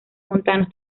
montanos